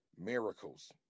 miracles